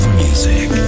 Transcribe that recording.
music